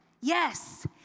yes